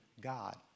God